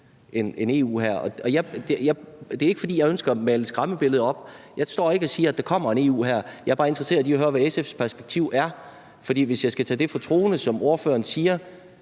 en EU-hær? Det er ikke, fordi jeg ønsker at male et skræmmebillede op; jeg står ikke og siger, at der kommer en EU-hær. Jeg er bare interesseret i at høre, hvad SF's perspektiv er, for hvis det, som ordføreren siger,